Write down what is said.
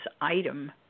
item